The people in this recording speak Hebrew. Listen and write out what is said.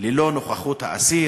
ללא נוכחות האסיר,